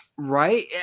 Right